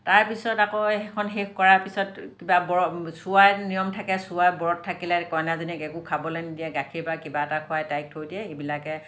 তাৰ পিছত আকৌ সেইখন শেষ কৰাৰ পিছত কিবা চোৱাৰ নিয়ম থাকে চোৱাৰ ব্ৰত থাকিলে কইনাজনীক একো খাবলৈ নিদিয়ে গাখীৰ বা কিবা এটা খুৱাই তাইক থৈ দিয়ে সিবিলাকে